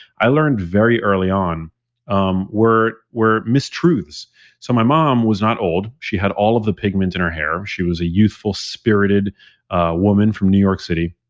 i learned very early on um were were mistruths so my mom was not old. she had all of the pigments in her hair. she was a youthful, spirited woman from new york city,